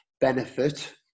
benefit